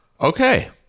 Okay